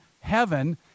heaven